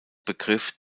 begriff